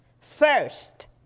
First